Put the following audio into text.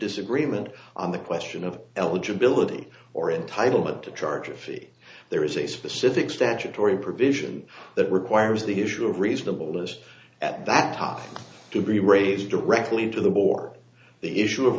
disagreement on the question of eligibility or entitlement to charge a fee there is a specific statutory provision that requires the issue of reasonable list at that top to be raised directly to the board the issue of